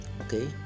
okay